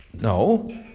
No